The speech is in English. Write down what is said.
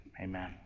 Amen